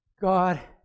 God